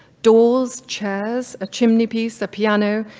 doors, chairs, a chimney piece, a piano,